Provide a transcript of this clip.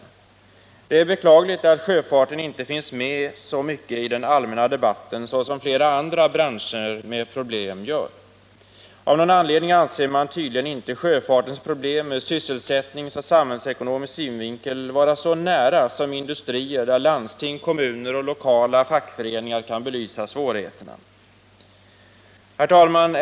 Det är beklagligt att sjöfarten inte finns med så mycket i den allmänna debatten, såsom flera andra branscher med problem gör. Av någon anledning anser man tydligen att sjöfartens problem ur sysselsättningsoch samhällsekonomisk synvinkel inte är så ”nära” som i industrier där landsting, kommuner och lokala fackföreningar kan belysa svårigheterna.